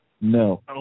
No